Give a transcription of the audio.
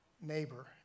neighbor